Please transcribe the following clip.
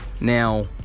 Now